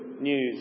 news